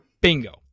bingo